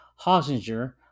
Hosinger